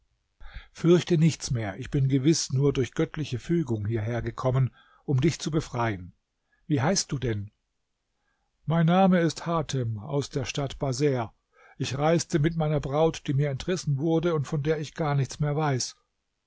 fürchte nichts mehr ich bin gewiß nur durch göttliche fügung hierher gekommen um dich zu befreien wie heißt du denn mein name ist hatem aus der stadt baser ich reiste mit meiner braut die mir entrissen wurde und von der ich gar nichts mehr weiß